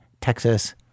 Texas